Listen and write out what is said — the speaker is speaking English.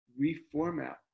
reformat